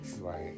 Right